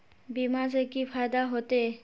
बीमा से की फायदा होते?